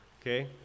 okay